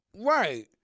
Right